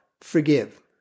forgive